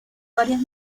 varias